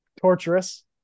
torturous